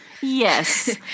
Yes